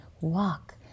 walk